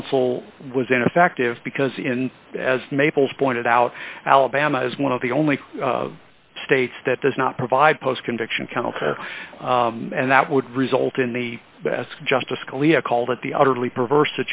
counsel was ineffective because in as maple's pointed out alabama is one of the only states that does not provide post conviction counter and that would result in the best justice scalia called it the utterly perverse